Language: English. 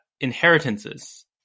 inheritances